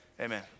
Amen